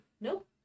Nope